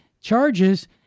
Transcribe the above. charges